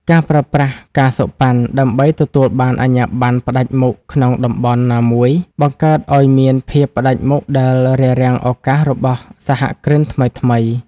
ការប្រើប្រាស់ ការសូកប៉ាន់ ដើម្បីទទួលបានអាជ្ញាបណ្ណផ្ដាច់មុខក្នុងតំបន់ណាមួយ បង្កើតឱ្យមានភាពផ្ដាច់មុខដែលរារាំងឱកាសរបស់សហគ្រិនថ្មីៗ។